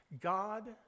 God